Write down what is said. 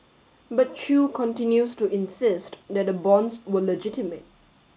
but Chew continues to insist that the bonds were legitimate